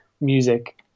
music